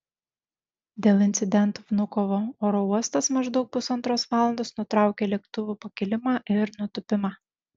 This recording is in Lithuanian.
dėl incidento vnukovo oro uostas maždaug pusantros valandos nutraukė lėktuvų pakilimą ir nutūpimą